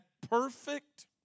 perfect